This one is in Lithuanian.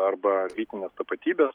arba lytinės tapatybės